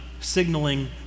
signaling